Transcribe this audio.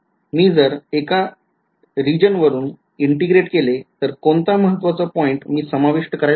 मी जर एका रिजनवरून integrate केले तर कोणता महत्वाचा पॉईंट मी समाविष्ट करायला पाहिजे